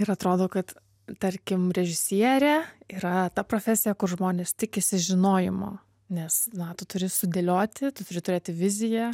ir atrodo kad tarkim režisierė yra ta profesija kur žmonės tikisi žinojimo nes na tu turi sudėlioti tu turi turėti viziją